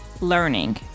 learning